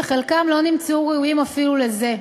וחלקם לא נמצאו ראויים אפילו לזה.